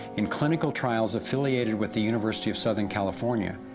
in clinical trials affiliated with the university of southern california,